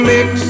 Mix